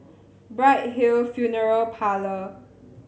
Bright Hill Funeral Parlour